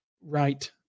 right